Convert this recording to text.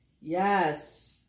Yes